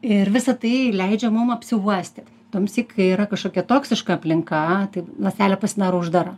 ir visa tai leidžia mum apsiuostyt tuomsyk kai yra kažkokia toksiška aplinka tai ląstelė pasidaro uždara